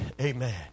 Amen